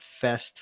fest